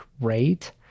rate